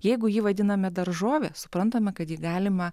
jeigu jį vadiname daržovė suprantama kad jį galima